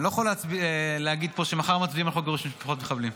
אני לא יכול להגיד פה שמחר מצביעים על חוק גירוש משפחות מחבלים.